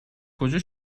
کجا